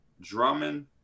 Drummond